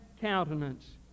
countenance